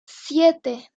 siete